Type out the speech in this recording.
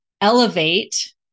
elevate